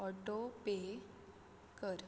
auto pay कर